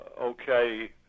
okay